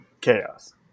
Chaos